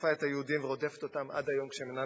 את היהודים ורודפת אותם עד היום כשהם אינם במולדתם?